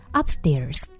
upstairs